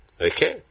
Okay